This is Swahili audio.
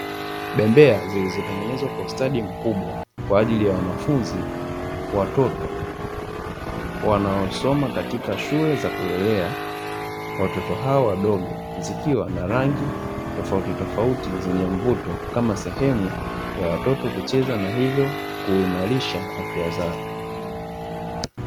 Bembea zilizotengenezwa kwa ustadi mkubwa kwa ajili ya wanafunzi (watoto) wanaosoma katika shule za kulelea watoto hao wadogo, zikiwa na rangi tofautitofauti zenye mvuto kama sehemu ya watoto kucheza na hivyo kuimarisha afya zao.